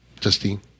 Justine